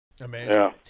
Amazing